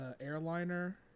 airliner